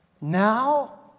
Now